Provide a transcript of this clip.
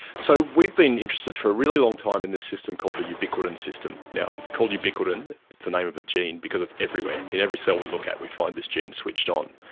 so we've been interested for a really long time in this system called the ubiquitin system. it's called ubiquitin, it's the name of a gene because it's everywhere, in every cell we look at we find this gene switched on.